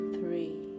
Three